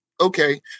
okay